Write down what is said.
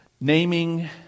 naming